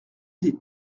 des